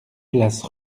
place